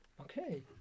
okay